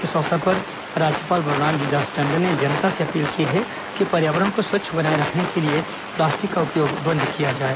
इस अवसर पर राज्यपाल बलरामजी दास टंडन ने जनता से अपील की है कि पर्यावरण को स्वच्छ बनाए रखने के लिए प्लास्टिक का उपयोग बंद करें